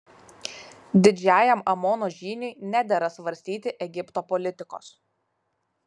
didžiajam amono žyniui nedera svarstyti egipto politikos